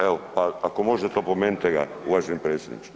Evo, pa ako možete opomenite ga uvaženi predsjedniče.